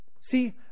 See